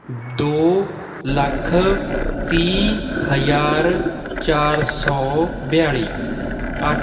ਦੋ ਲੱਖ ਤੀਹ ਹਜ਼ਾਰ ਚਾਰ ਸੌ ਬਿਆਲੀ ਅੱ